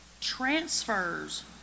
transfers